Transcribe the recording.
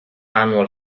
annual